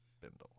bindle